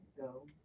go